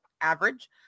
average